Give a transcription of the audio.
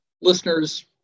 listeners